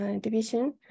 division